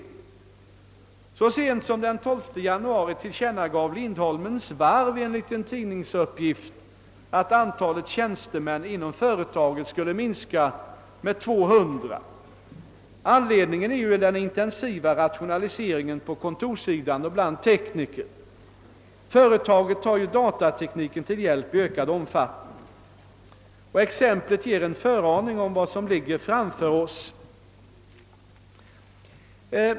Så sent som den 12 januari tillkännagav Lindholmens varv enligt en tidningsuppgift, att antalet tjänstemän inom företaget skall minskas med 200. Anledningen är den intensiva rationaliseringen på kontorssidan och bland tekniker. Företaget tar datatekniken till hjälp i ökad omfattning. Exemplet ger en föraning om vad som ligger framför oss.